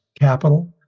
capital